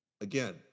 Again